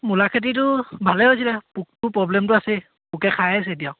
মূলা খেতিটো ভালেই হৈছিলে পোকটো প্ৰব্লেমটো আছেই পোকে খাই আছে এতিয়া